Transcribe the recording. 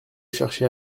chercher